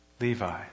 Levi